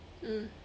mm